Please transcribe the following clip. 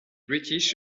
british